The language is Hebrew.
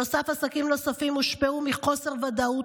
עסקים נוספים הושפעו מחוסר ודאות,